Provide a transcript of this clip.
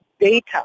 data